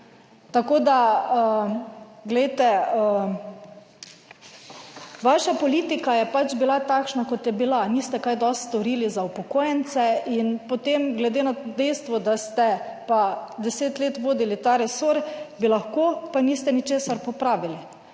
Tako da, vaša politika je pač bila takšna kot je bila, niste kaj dosti storili za upokojence in potem glede na dejstvo, da ste pa 10 let vodili ta resor, bi lahko, pa niste ničesar popravili.